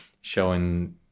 showing